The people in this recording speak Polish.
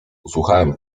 usłuchałem